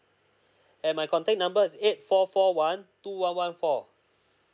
and my contact number is eight four four one two one one four